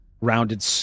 rounded